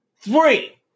Three